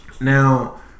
Now